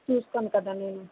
చూస్తాను కదా నేను